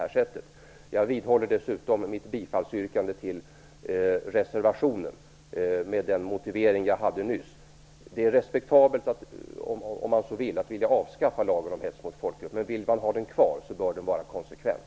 Dessutom vidhåller jag mitt bifallsyrkande till reservationen med den motivering jag nämnde nyss. Det är respektabelt - om man så vill - att vilja avskaffa lagen om hets mot folkgrupp. Men vill man ha den kvar bör den vara konsekvent.